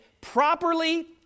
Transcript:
properly